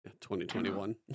2021